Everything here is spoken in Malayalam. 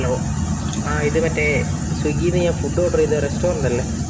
ഹലോ ആ ഇത് മറ്റേ സ്വിഗ്ഗീന്ന് ഞാൻ ഫുഡ് ഓർഡർ ചെയ്ത റെസ്റ്റോറൻറ്റ് അല്ലേ